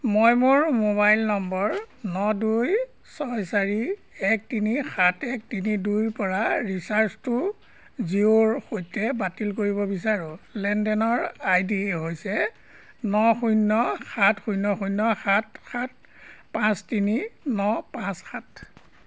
মই মোৰ মোবাইল নম্বৰ ন দুই ছয় চাৰি এক তিনি সাত এক তিনি দুইৰপৰা ৰিচাৰ্জটো জিঅ'ৰ সৈতে বাতিল কৰিব বিচাৰোঁ লেনদেনৰ আই ডি হৈছে ন শূন্য সাত শূন্য শূন্য সাত সাত পাঁচ তিনি ন পাঁচ সাত